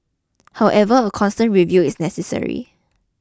however a constant review is necessary